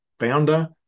founder